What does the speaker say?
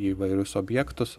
įvairius objektus